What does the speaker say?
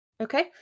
Okay